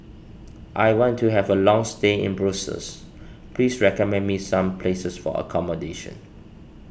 I want to have a long stay in Brussels please recommend me some places for accommodation